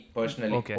personally